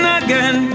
again